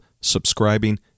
subscribing